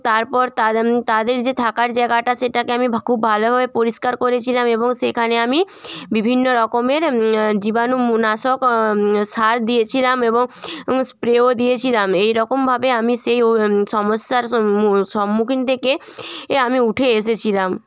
তারপর তাদ তাদের যে থাকার জায়গাটা সেটাকে আমি ভা খুব ভালোভাবে পরিষ্কার করেছিলাম এবং সেখানে আমি বিভিন্ন রকমের জীবাণুনাশক সার দিয়েছিলাম এবং স্প্রেও দিয়েছিলাম এই রকমভাবে আমি সেই ও সমস্যার সম্মু সম্মুখীন থেকে এ আমি উঠে এসেছিলাম